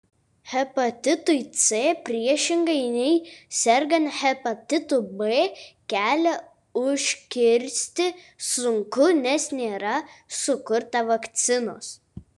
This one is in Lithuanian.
hepatitui c priešingai nei sergant hepatitu b kelią užkirsti sunku nes nėra sukurta vakcinos